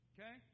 Okay